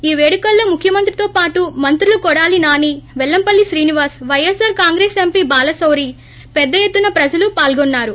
ఈ పేడుకల్లో ముఖ్యమంత్రితో పాటు మంత్రులు కొడాలి నాని పెల్లంపల్లి శ్రీనివాస్ వైఎస్పార్ కాంగ్రెస్ ఎంపీ బాలశౌరి పెద్ద ఎత్తున ప్రజలు పాల్గొన్నారు